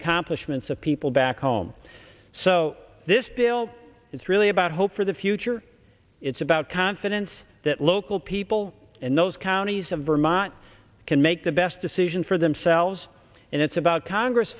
accomplishments of people back home so this bill it's really about hope for the future it's about confidence that local people and those counties of vermont can make the best decision for themselves and it's about congress